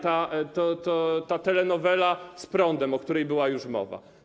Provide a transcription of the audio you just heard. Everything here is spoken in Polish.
Ta telenowela z prądem, o której była już mowa.